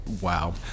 wow